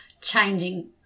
changing